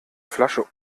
flasche